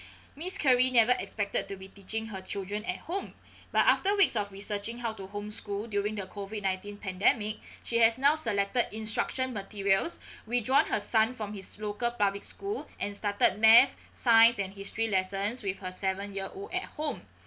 miss curry never expected to be teaching her children at home but after weeks of researching how to home school during the COVID nineteen pandemic she has now selected instruction materials withdrawn her son from his local public school and started math science and history lessons with her seven year old at home